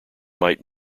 might